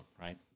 right